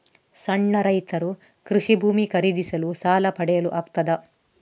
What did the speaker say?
ಸಣ್ಣ ರೈತರು ಕೃಷಿ ಭೂಮಿ ಖರೀದಿಸಲು ಸಾಲ ಪಡೆಯಲು ಆಗ್ತದ?